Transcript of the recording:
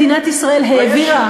מדינת ישראל העבירה,